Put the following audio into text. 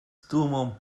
dumą